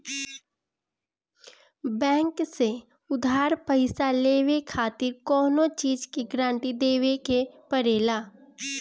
bank से उधार पईसा लेवे खातिर कवनो चीज के गारंटी देवे के पड़ेला